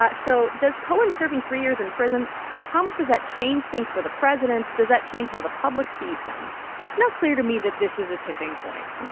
but so does cohen serving three years in prison how much does that change things for the president? does that change how the public sees him? it's no clear to me that this is a tipping point.